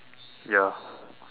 ya